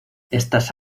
estas